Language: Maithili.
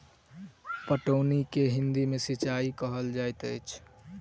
पटौनी के हिंदी मे सिंचाई कहल जाइत अछि